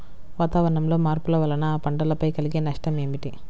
వాతావరణంలో మార్పుల వలన పంటలపై కలిగే నష్టం ఏమిటీ?